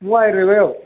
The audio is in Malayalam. മുവായിരം രൂപ ആവും